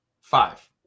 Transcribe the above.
Five